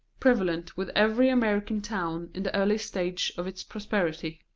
prevalent with every american town in the early stages of its prosperity.